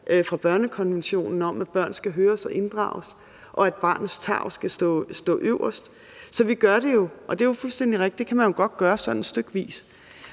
fra børnekonventionen om, at børn skal høres og inddrages, og at barnets tarv skal stå øverst. Så vi gør det jo. Det er fuldstændig rigtigt, at man godt kan gøre det sådan stykvis,